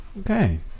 Okay